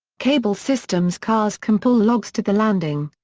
cable systems cars can pull logs to the landing.